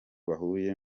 bahuye